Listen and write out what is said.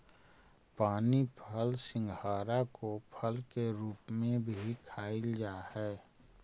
पानी फल सिंघाड़ा को फल के रूप में भी खाईल जा हई